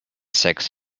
sex